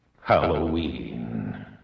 Halloween